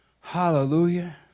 Hallelujah